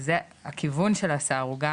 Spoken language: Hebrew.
הכיוון של השר הוא,